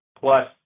plus